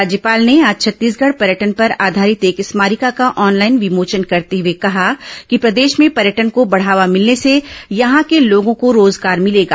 राज्यपाल ने आज छत्तीसगढ़ पर्यटन पर आधारित एक स्मारिका का ऑनलाइन विमोचन करते हुए कहा कि प्रदेश में पर्यटन को बढ़ावा मिलने से यहां के लोगों को रोजगार मिलेगा